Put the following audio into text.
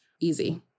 easy